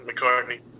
McCartney